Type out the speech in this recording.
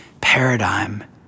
paradigm